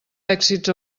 èxits